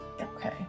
Okay